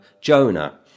Jonah